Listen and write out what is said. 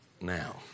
now